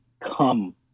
come